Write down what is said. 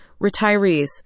retirees